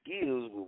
skills